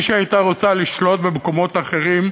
שהיא הייתה רוצה לשלוט במקומות אחרים,